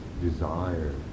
desire